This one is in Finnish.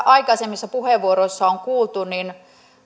aikaisemmissa puheenvuoroissa on kuultu niin